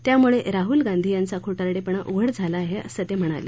त्यामुळे राहूल गांधी यांचा खोटारडेपणा उघड झाला आहे असं ते म्हणाले